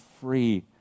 free